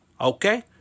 Okay